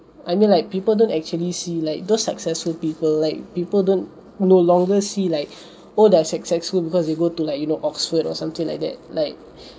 I mean like people don't actually see like those successful people like people don't no longer see like oh they're successful because they go to like you know oxford or something like that like